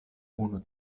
unu